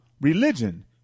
religion